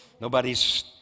Nobody's